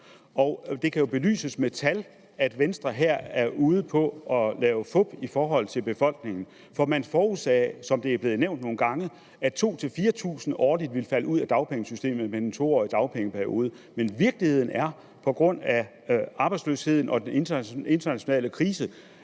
Det kan jo bevises med tal, at Venstre her er ude på at lave fup over for befolkningen, for man forudsagde, som det er blevet nævnt nogle gange, at 2.000-4.000 årligt ville falde ud af dagpengesystemet med en 2-årig dagpengeperiode. Men virkeligheden er, at der på grund af arbejdsløsheden og den internationale krise